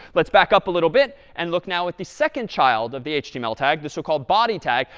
let's back up a little bit and look now with the second child of the html tag, the so-called body tag.